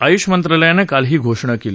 आयूष्य मंत्रालयानं काल ही घोषणा केली